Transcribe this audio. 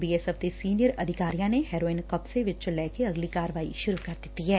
BSF ਦੇ senior ਅਧਿਕਾਰੀਆਂ ਨੇ ਹੈਰੋਇਨ ਕਬਜ਼ੇ ਵਿੱਚ ਲੈ ਕੇ ਅਗਲੀ ਕਾਰਵਾਈ ਸ਼ੁਰੁ ਕਰ ਦਿੱਤੀ ਐ